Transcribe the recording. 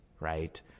right